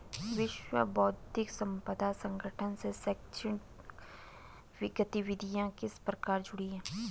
विश्व बौद्धिक संपदा संगठन से शैक्षणिक गतिविधियां किस प्रकार जुड़ी हैं?